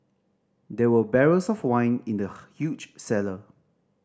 there were barrels of wine in the huge cellar